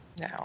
No